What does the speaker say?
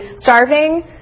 starving